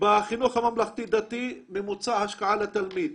בחינוך הממלכתי-דתי ממוצע השקעה לתלמיד.